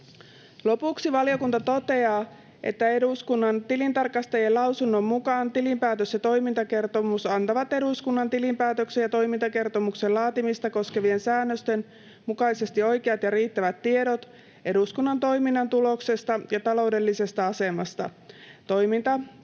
Lopuksi valiokunta toteaa, että eduskunnan tilintarkastajien lausunnon mukaan tilinpäätös ja toimintakertomus antavat eduskunnan tilinpäätöksen ja toimintakertomuksen laatimista koskevien säännösten mukaisesti oikeat ja riittävät tiedot eduskunnan toiminnan tuloksesta ja taloudellisesta asemasta.